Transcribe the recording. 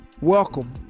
welcome